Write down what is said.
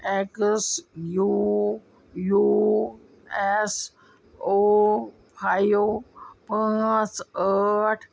اٮ۪کٕس U U S O five پٲنٛژھ ٲٹھ